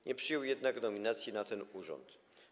Nie przyjął jednak nominacji na ten urząd.